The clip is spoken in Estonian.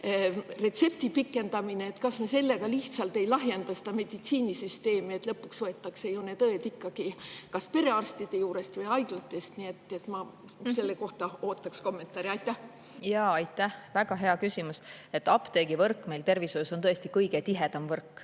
retsepti pikendamine – kas me sellega lihtsalt ei lahjenda meditsiinisüsteemi? Lõpuks võetakse ju need õed ikkagi kas perearstide juurest või haiglatest. Ma selle kohta ootaks kommentaari. Aitäh, väga hea küsimus! Apteegivõrk meil tervishoius on tõesti kõige tihedam võrk